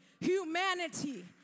Humanity